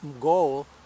goal